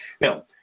Now